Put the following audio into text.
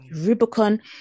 rubicon